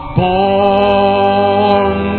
born